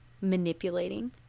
manipulating